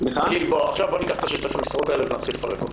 ניקח את 6,200 המשרות האלה ונתחיל לפרט אותן.